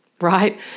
right